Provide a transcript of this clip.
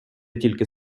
тільки